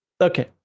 Okay